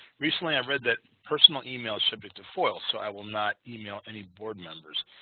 recently, i read that personal email is subject to foil so i will not email any board members.